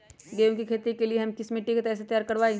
गेंहू की खेती के लिए हम मिट्टी के कैसे तैयार करवाई?